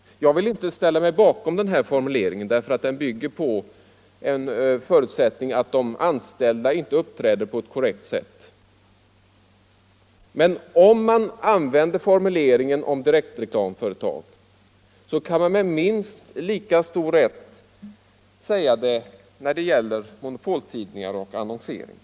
Jag vill inte ställa mig bakom den här formuleringen, därför att den bygger på förutsättningen att de anställda inte uppträder på ett korrekt sätt, men om man använder formuleringen om direkt reklamföretag kan man med minst lika stor rätt göra det när det gäller monopoltidningar och annonsering.